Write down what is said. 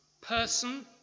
person